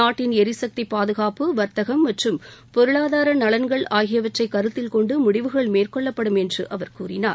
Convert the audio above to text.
நாட்டின் எரிசக்தி பாதுகாப்பு வர்த்தகம் மற்றம் பொருளாதார நலன்கள் ஆகியவற்றைக் கருத்தில் கொண்டு முடிவுகள் மேற்கொள்ளப்படும் என்று அவர் கூறினார்